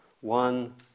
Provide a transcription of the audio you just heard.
one